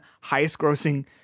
highest-grossing